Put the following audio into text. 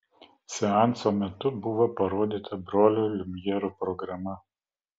seanso metu buvo parodyta brolių liumjerų programa